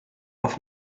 off